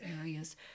areas